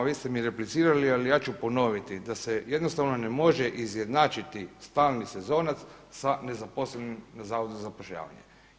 Vi ste mi replicirali, ali ja ću ponoviti da se jednostavno ne može izjednačiti stalni sezonac sa nezaposlenim na Zavodu za zapošljavanje.